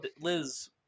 Liz